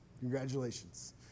Congratulations